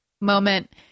moment